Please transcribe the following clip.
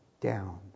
down